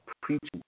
preaching